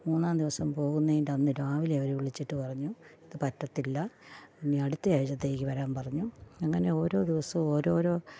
മൂന്നാം ദിവസം പോകുന്നതിൻറെ അന്ന് രാവിലെ അവർ വിളിച്ചിട്ട് പറഞ്ഞു ഇത് പറ്റില്ല ഇനി അടുത്ത ആഴ്ച്ചത്തേക്ക് വരാൻ പറഞ്ഞു അങ്ങനെ ഓരോ ദിവസവും ഓരോരോ